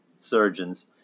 Surgeons